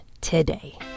today